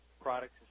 products